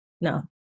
no